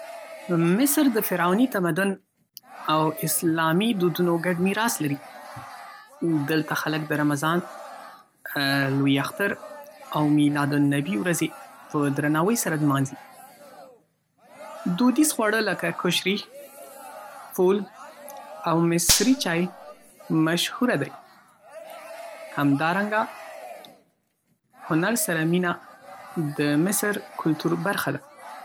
مصر د فرعوني تمدن او اسلامي دودونو ګډ میراث لري. دلته خلک د رمضان، لوی اختر، او میلاد النبی ورځې په درناوي سره نمانځي. دودیز خواړه لکه کوشري، فول، او مصري چای مشهوره دي. همدارنګه هنر سره مینه د مصر کلتور برخه ده.